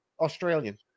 Australian